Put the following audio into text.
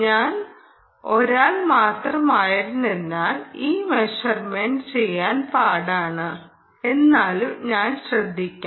ഞാൻ ഒരാൾ മാത്രമായതിനാൽ ഈ മെഷർമെന്റ് ചെയ്യാൻ പാടാണ് എന്നാലും ഞാൻ ശ്രമിക്കാം